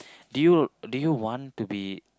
do you do you want to be